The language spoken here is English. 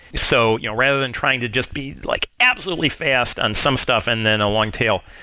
so you know rather than trying to just be like absolutely fast on some stuff, and then a long tail,